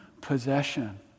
possession